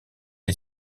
les